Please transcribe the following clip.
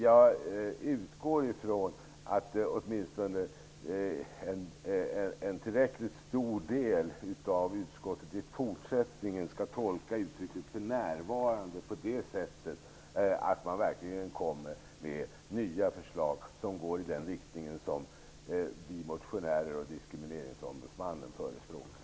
Jag utgår ifrån att åtminstone en tillräckligt stor del av utskottet i fortsättningen skall tolka uttrycket ''för närvarande'' så, att man verkligen lägger fram nya förslag i den riktning som vi motionärer och Diskrimineringsombudsmannen förespråkar.